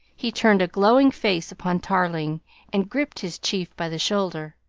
he turned a glowing face upon tarling and gripped his chief by the shoulder.